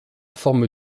forme